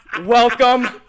Welcome